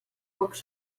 pocs